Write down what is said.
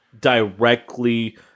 directly